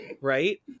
right